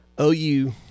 OU